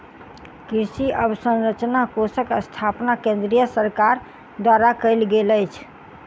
कृषि अवसंरचना कोषक स्थापना केंद्रीय सरकार द्वारा कयल गेल अछि